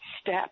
step